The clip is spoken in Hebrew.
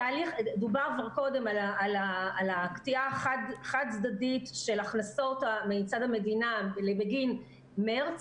דובר כבר קודם על הקטיעה החד-צדדית של הכנסות מצד המדינה בגין מרץ,